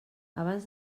abans